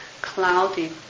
cloudy